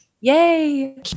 Yay